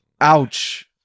Ouch